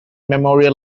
memorial